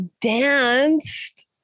Danced